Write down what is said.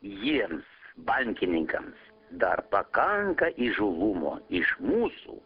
jiems bankininkams dar pakanka įžūlumo iš mūsų